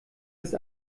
ist